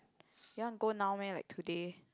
you want go now meh like today